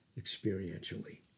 experientially